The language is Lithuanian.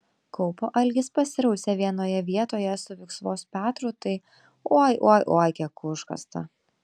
kaupo algis pasirausė vienoje vietoje su viksvos petru tai oi oi oi kiek užkasta